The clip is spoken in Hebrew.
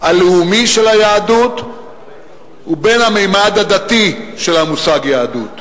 הלאומי של היהדות ובין הממד הדתי של המושג יהדות.